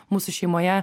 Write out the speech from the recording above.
mūsų šeimoje